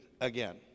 again